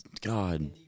God